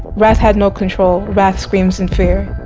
wrath had no control wraths screams and fear.